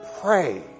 pray